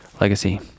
legacy